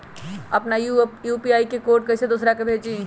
अपना यू.पी.आई के कोड कईसे दूसरा के भेजी?